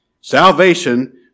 Salvation